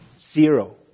Zero